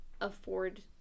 afford